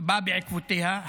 באים בעקבותיה?